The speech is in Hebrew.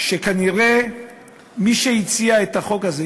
שכנראה מי שהציע את החוק הזה,